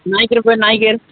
নাইকের হবে নাইকের